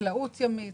חקלאות ימית,